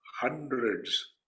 hundreds